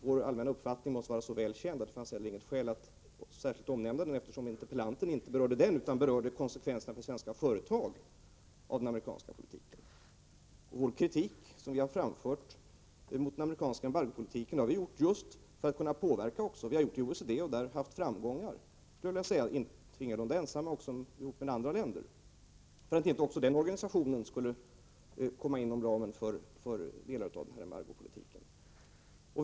Vår allmänna uppfattning måste också vara så väl känd att det inte finns något skäl att särskilt omnämna den, eftersom interpellanten inte berörde den utan konsekvenserna för svenska företag av den amerikanska politiken. Vår kritik mot den amerikanska embargopolitiken har vi framfört just för att kunna påverka. Vi har framfört den i OECD tillsammans med andra länder — och där har vi haft framgång — för att inte också den organisationen skulle falla inom ramen för delar av embargopolitiken.